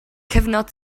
cyfnod